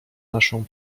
naszą